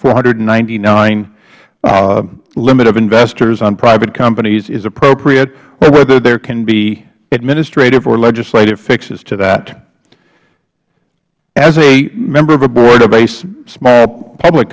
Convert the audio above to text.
four hundred and ninety nine limit of investors on private companies is appropriate or whether there can be administrative or legislative fixes to that as a member of a board of a small public